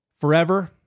forever